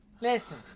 Listen